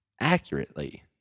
accurately